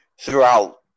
throughout